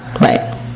Right